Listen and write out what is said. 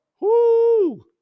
Woo